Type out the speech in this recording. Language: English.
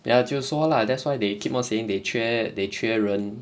ya 就是说 lah that's why they keep saying they 缺 they 缺人